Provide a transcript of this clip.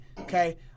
okay